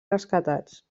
rescatats